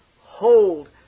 hold